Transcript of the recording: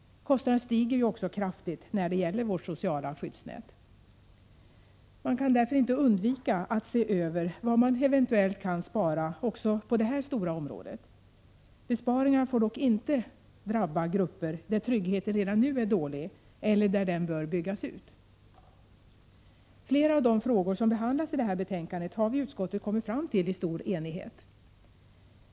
Kostnaderna stiger också kraftigt när det gäller vårt sociala skyddsnät. Man kan därför inte undvika att se över vad man eventuellt kan spara också på detta stora område. Besparingar får dock inte drabba grupper där tryggheten redan nu är dålig eller där den bör byggas ut. Flera av de frågor som behandlas i betänkandet har vi i utskottet kommit fram till i stor enighet.